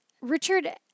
Richard